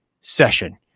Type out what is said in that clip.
session